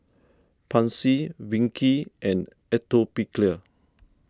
Pansy Vichy and Atopiclair